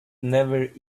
never